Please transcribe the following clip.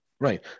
Right